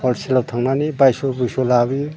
हलसेलाव थांनानै बायस' बुयस' लाबोयो